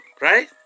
right